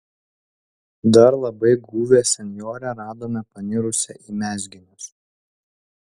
dar labai guvią senjorę radome panirusią į mezginius